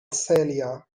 celia